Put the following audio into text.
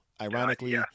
ironically